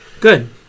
good